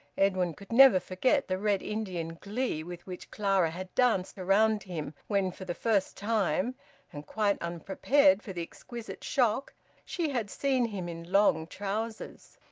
edwin could never forget the red indian glee with which clara had danced round him when for the first time and quite unprepared for the exquisite shock she had seen him in long trousers.